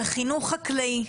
על חינוך חקלאי.